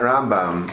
Rambam